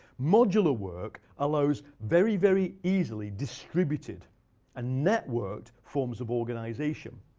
modular work allows very, very easily distributed and networked forms of organization.